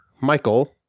Michael